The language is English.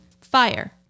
fire